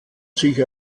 sich